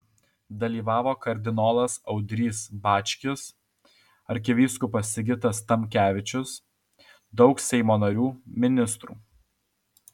dalyvavo kardinolas audrys bačkis arkivyskupas sigitas tamkevičius daug seimo narių ministrų